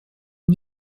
new